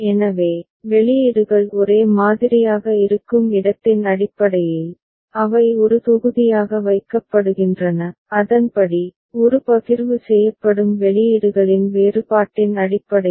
எனவே வெளியீடுகள் ஒரே மாதிரியாக இருக்கும் இடத்தின் அடிப்படையில் அவை ஒரு தொகுதியாக வைக்கப்படுகின்றன அதன்படி ஒரு பகிர்வு செய்யப்படும் வெளியீடுகளின் வேறுபாட்டின் அடிப்படையில்